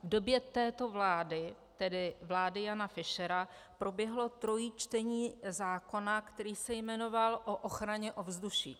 V době této vlády, tedy vlády Jana Fischera, proběhlo trojí čtení zákona, který se jmenoval o ochraně ovzduší.